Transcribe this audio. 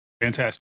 Fantastic